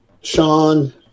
Sean